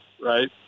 right